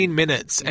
minutes